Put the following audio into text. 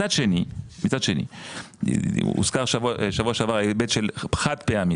מצד שני, הוזכר בשבוע שעבר ההיבט החד פעמי.